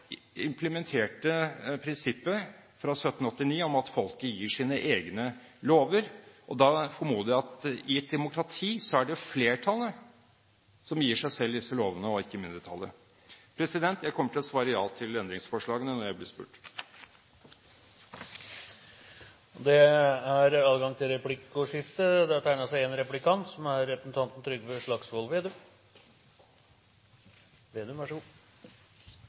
implementerte prinsippet fra 1789 om at folket gir sine egne lover. Da formoder jeg at i et demokrati er det flertallet som gir seg selv disse lovene, og ikke mindretallet. Jeg kommer til å svare ja til endringsforslagene når jeg blir spurt. Det blir adgang til replikkordskifte. Representanten Tetzschner kom med påstander om mitt innlegg som jeg ikke kan la stå uimotsagt, om at det ikke var riktig det som